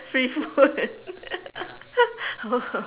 free food